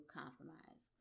compromise